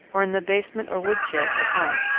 or in the basement or woodshed at home.